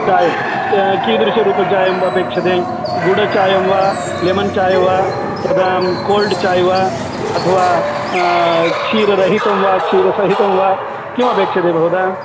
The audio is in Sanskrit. चाय् कीदृशरूपचायम् अपेक्ष्यते गुडचायं वा लेमन् चाय् वा तदां कोल्ड् चाय् वा अथवा क्षीररहितं वा क्षीरसहितं वा किमपेक्ष्यते भवता